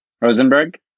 Rosenberg